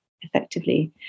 effectively